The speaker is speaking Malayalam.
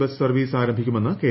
ബസ് സർവ്വീസ് ആരംഭിക്കു മെന്ന് കെ